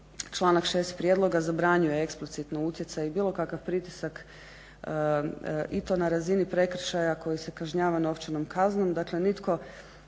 članak 6. Prijedloga zabranjuje eksplicitno utjecaj bilo kakav pritisak i to na razini prekršaja koji se kažnjava novčanom kaznom